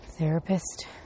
therapist